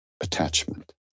attachment